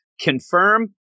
Confirm